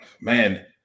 man